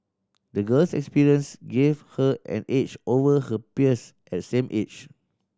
the girl's experience gave her an edge over her peers at same age